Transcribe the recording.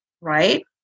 right